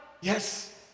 yes